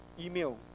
email